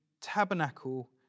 tabernacle